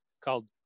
called